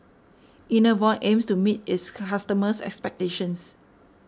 Enervon aims to meet its customers' expectations